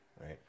right